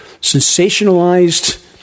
Sensationalized